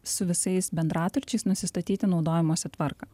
su visais bendraturčiais nusistatyti naudojimosi tvarką